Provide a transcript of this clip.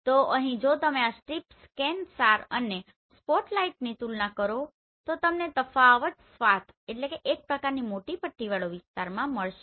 તો અહીં જો તમે આ સ્ટ્રીપ ScanSAR અને સ્પોટલાઇટની તુલના કરો તો તમને તફાવત સ્વાથSwath એક પ્રકારની મોટી પટ્ટી વાળો વિસ્તારમાં મળશે